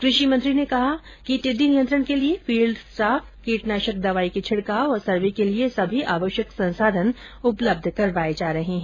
कृषि मंत्री ने बताया कि टिड्डी नियंत्रण के लिए फील्ड स्टाफ कीटनाशक दवाई के छिड़काव और सर्वे के लिए सभी आवश्यक संसाधन उपलब्ध करवाए जा रहे हैं